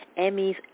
Emmys